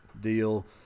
deal